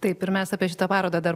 tai pirmiausia apie šitą parodą dar